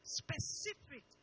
specific